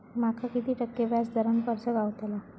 माका किती टक्के व्याज दरान कर्ज गावतला?